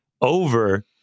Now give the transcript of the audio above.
Over